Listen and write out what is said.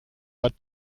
but